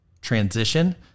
transition